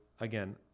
again